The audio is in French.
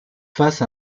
face